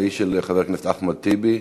והיא של חבר הכנסת אחמד טיבי,